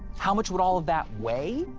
how much would all of that weigh?